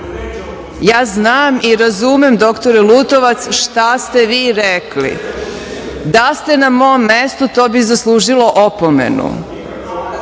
znam i razumem dr. Lutovac, šta ste vi rekli, da ste na mom mestu, to bi zaslužilo opomenu,